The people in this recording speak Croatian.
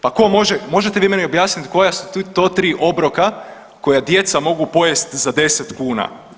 Pa ko može, možete vi meni objasnit koja su to tri obroka koja djeca mogu pojest za 10 kuna?